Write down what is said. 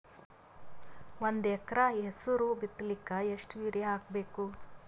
ಒಂದ್ ಎಕರ ಹೆಸರು ಬಿತ್ತಲಿಕ ಎಷ್ಟು ಯೂರಿಯ ಹಾಕಬೇಕು?